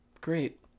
Great